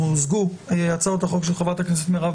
מוזגו הצעות החוק של חברת הכנסת מירב